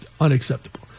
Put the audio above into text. Unacceptable